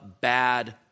Bad